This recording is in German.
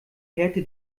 härte